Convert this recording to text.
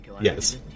Yes